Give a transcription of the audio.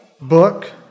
book